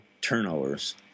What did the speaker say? turnovers